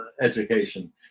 education